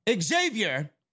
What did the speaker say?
Xavier